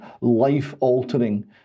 life-altering